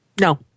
No